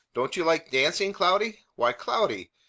don't you like dancing, cloudy? why, cloudy!